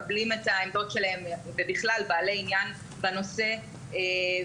מקבלים את העמדות שלהם ובכלל בעלי עניין בנושא ובהתאם